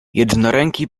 jednoręki